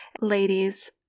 ladies